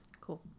Cool